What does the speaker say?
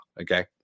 Okay